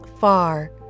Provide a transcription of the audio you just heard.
far